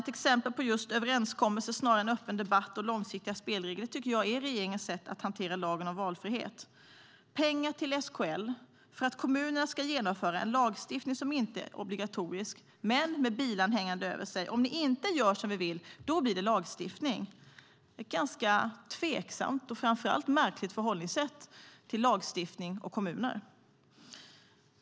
Ett exempel på just överenskommelser snarare än en öppen debatt och långsiktiga spelregler tycker jag är regeringens sätt att hantera lagen om valfrihet. Pengar ges till SKL för att kommunerna ska genomföra en lagstiftning som inte är obligatorisk, men de har bilan hängande över sig: Om ni inte gör som vi vill blir det lagstiftning. Det är ett ganska tveksamt och framför allt märkligt förhållningssätt till lagstiftning och kommuner.